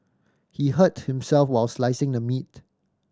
he hurt himself while slicing the meat